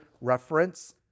reference